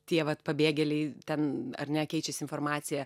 tie vat pabėgėliai ten ar ne keičiasi informacija